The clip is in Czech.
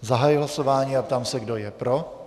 Zahajuji hlasování a ptám se, kdo je pro.